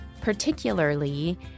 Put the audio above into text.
particularly